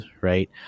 right